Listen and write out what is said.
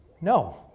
No